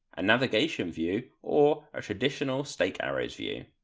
a navigation view or a traditional stake arrows view.